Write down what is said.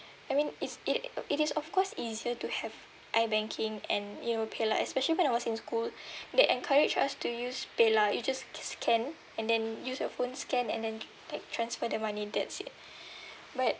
I mean it's it it is of course easier to have iBanking and you know PayLah especially when I was in school they encouraged us to use PayLah you just sc~ scan and then use your phone scan and then pick transfer the money that's it but